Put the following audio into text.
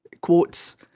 quotes